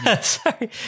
Sorry